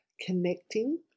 connecting